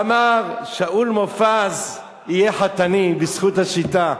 ואמר: שאול מופז יהיה חתני, בזכות השיטה.